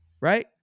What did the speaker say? right